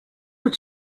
what